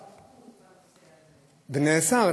גם לשמאי אין סמכות בנושא הזה.